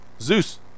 Zeus